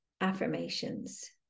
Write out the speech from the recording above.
Affirmations